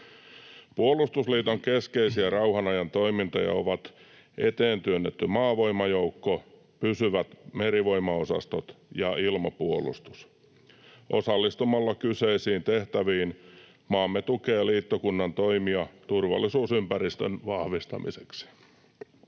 Puolustusliiton keskeisiä rauhan ajan toimintoja ovat eteen työnnetty maavoimajoukko, pysyvät merivoimaosastot ja ilmapuolustus. Osallistumalla kyseisiin tehtäviin maamme tukee liittokunnan toimia turvallisuusympäristön vahvistamiseksi.